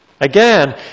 Again